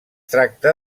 tracta